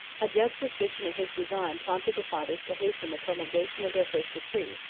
a just suspicion of his design prompted the fathers to hasten the promulgation of their first decree,